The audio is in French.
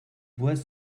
bois